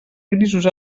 grisos